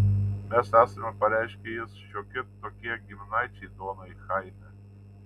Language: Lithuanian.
mes esame pareiškė jis šiokie tokie giminaičiai donai chaime